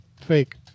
fake